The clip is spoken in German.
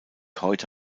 heute